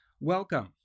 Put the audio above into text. Welcome